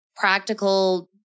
Practical